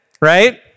right